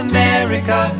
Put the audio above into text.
America